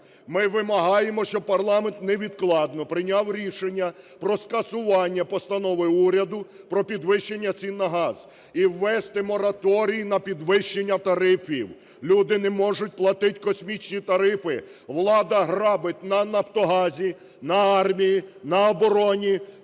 Ми вимагаємо, щоб парламент невідкладно прийняв рішення про скасування Постанови уряду про підвищення цін на газ, і ввести мораторій на підвищення тарифів. Люди не можуть платити космічні тарифи, влада грабить на "Нафтогазі", на армії, на обороні,